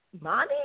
Mommy